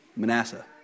Manasseh